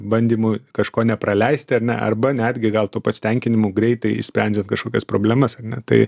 bandymu kažko nepraleisti ar ne arba netgi gal tuo pasitenkinimu greitai išsprendžian kažkokias problemas ar ne tai